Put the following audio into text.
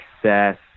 success